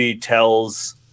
tells